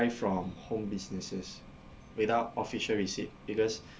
buy from home businesses without official receipt because